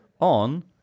on